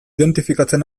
identifikatzen